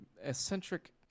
eccentric